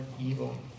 evil